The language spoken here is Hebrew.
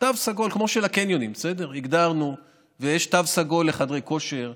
כמו של הקניונים הגדרנו, ויש תו סגול לחדרי כושר.